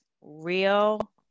real